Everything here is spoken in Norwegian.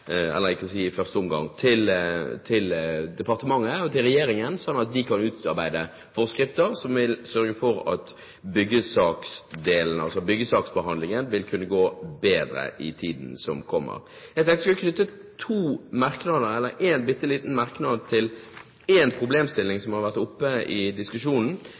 til departementet og til regjeringen, sånn at de kan utarbeide forskrifter som sørger for at byggesaksbehandlingen vil kunne gå bedre i tiden som kommer. Jeg tenkte jeg skulle knytte en bitte liten merknad til en problemstilling som har vært oppe i diskusjonen.